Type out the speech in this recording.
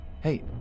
Hey